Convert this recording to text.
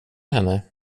henne